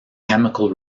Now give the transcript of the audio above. chemical